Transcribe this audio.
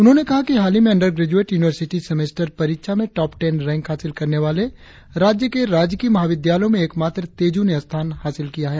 उन्होंने कहा कि हालही में अंडर ग्रेज़ुवेट यूनिवर्सिटी सेमेस्टर परीक्षा में टाप टेन रैंक हासिल करने वाले राज्य के राजकीय महाविद्यालयो में एक मात्र तेजु ने स्थान हासिल किया है